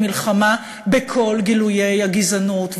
ומלחמה בגזענות היא מלחמה בכל גילויי הגזענות.